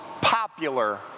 popular